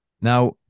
Now